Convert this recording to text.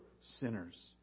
sinners